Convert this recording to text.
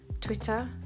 Twitter